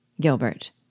Gilbert